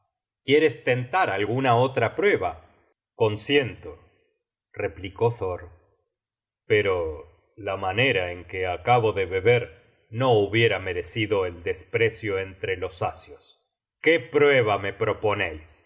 quieres tentar alguna otra prueba consiento replicó thor pero la manera en que acabo de beber no hubiera merecido el desprecio entre los asios qué prueba me proponeis